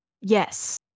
yes